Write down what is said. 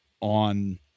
on